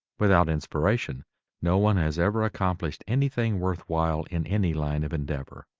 without inspiration no one has ever accomplished anything worth while in any line of endeavor.